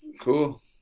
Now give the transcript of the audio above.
cool